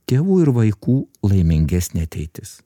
tėvų ir vaikų laimingesnė ateitis